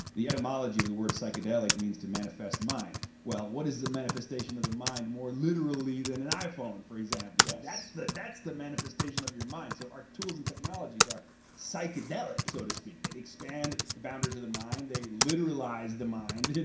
the etymology of the word psychedelic means to manifest mind what is the manifestation of the mind, more literally than an iphone for example yeah that's the that's the manifestation of your mind, so our tools and technologies are psychedelic so to speak. they expand the boundaries of the mind. they literalize the mind,